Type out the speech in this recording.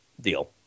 deal